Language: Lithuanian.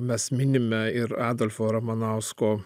mes minime ir adolfo ramanausko